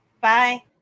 Bye